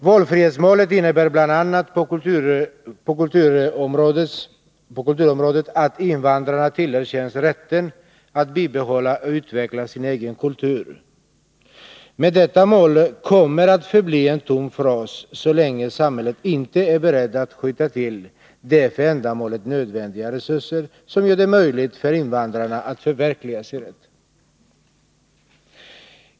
Valfrihetsmålet innebär på kulturens område bl.a. att invandrarna tillerkänns rätten att bibehålla och utveckla sin egen kultur. Men detta mål kommer att förbli en tom fras så länge samhället inte är berett att skjuta till de för ändamålet nödvändiga resurser som gör det möjligt för invandrarna att förverkliga sin rätt.